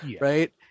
right